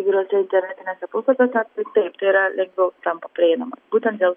įvairiuose internetiniuose puslapiuose taip tai yra lengviau tampa prieinama būtent dėl